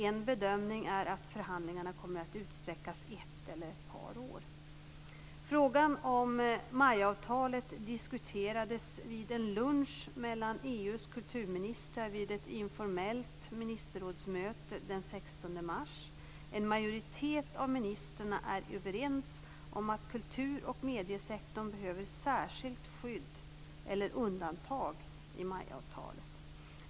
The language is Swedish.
En bedömning är att förhandlingarna kommer att utsträckas ett eller ett par år. Frågan om MAI-avtalet diskuterades vid en lunch mellan EU:s kulturministrar vid ett informellt ministerrådsmöte den 16 mars. En majoritet av ministrarna är överens om att kultur och mediesektorn behöver särskilt skydd eller undantag i MAI-avtalet.